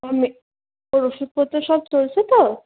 আমি ওর ওষুধপত্র সব চলছে তো